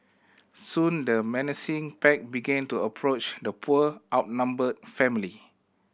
soon the menacing pack began to approach the poor outnumbered family